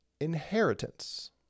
inheritance